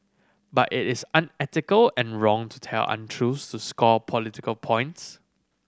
but it is unethical and wrong to tell untruths to score political points